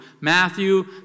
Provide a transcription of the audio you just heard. Matthew